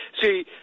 See